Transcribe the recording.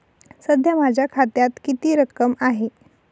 सध्या माझ्या खात्यात किती रक्कम आहे?